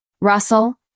Russell